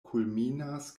kulminas